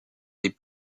des